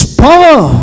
power